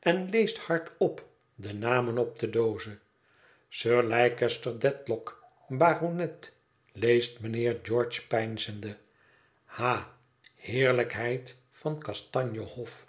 en leest hardop de namen op de doozen sir leicester dedlock baronet leest mijnheer george peinzende ha heerlijkheid van kastanje hof